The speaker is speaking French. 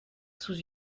sous